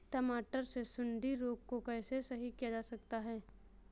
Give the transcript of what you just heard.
टमाटर से सुंडी रोग को कैसे सही किया जा सकता है?